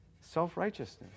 Self-righteousness